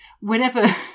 whenever